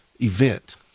event